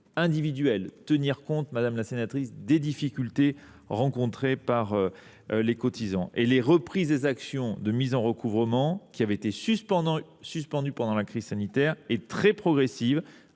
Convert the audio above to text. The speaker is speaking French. individuelles et pour tenir compte des difficultés rencontrées par les cotisants. La reprise des actions de mise en recouvrement, qui avaient été suspendues pendant la crise sanitaire, est très progressive,